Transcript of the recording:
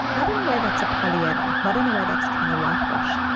not in a way that's a polyene ah not in a way that's trying to whitewash,